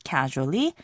Casually